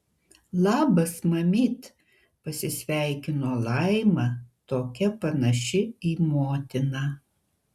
labas mamyt pasisveikino laima tokia panaši į motiną